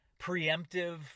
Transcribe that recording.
preemptive